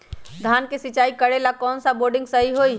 धान के सिचाई करे ला कौन सा बोर्डिंग सही होई?